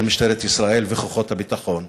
של משטרת ישראל וכוחות הביטחון,